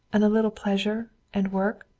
and a little pleasure and work.